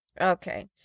Okay